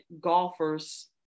golfers